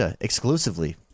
exclusively